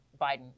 Biden